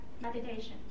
meditation